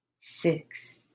six